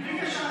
בלי קשר לתכנון,